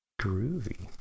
groovy